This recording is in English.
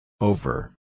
Over